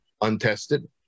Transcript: untested